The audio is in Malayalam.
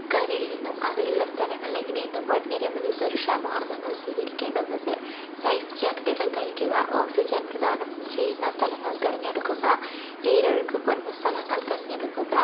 കരയിൽ നിന്നും അകലെയുള്ള സ്ഥലങ്ങളിലേക്ക് നീന്തുമ്പോൾ നിരവധി സുരക്ഷാ മാർഗ്ഗങ്ങൾ സ്വീകരിക്കേണ്ടതുണ്ട് ലൈഫ് ജാക്കറ്റുകൾ ധരിക്കുക ഓക്സിജൻ പ്രദാനം ചെയ്യുന്ന സ്ഥലങ്ങൾ തിരഞ്ഞെടുക്കുക നീരൊഴുക്ക് കുറഞ്ഞ സ്ഥലങ്ങൾ തിരഞ്ഞെടുക്കുക